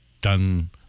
done